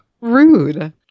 Rude